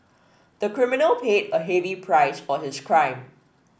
the criminal paid a heavy price for his crime